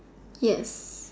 yes